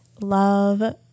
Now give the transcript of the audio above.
love